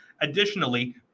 Additionally